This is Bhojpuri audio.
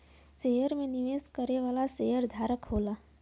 शेयर में निवेश करे वाला शेयरधारक होला